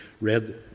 read